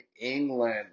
England